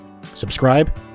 Subscribe